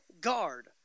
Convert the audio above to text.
guard